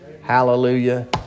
Hallelujah